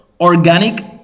organic